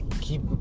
Keep